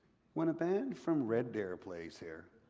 when a band from red deer plays here,